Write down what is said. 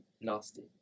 nasty